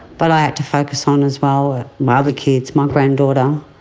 but i had to focus on as well ah my other kids, my granddaughter.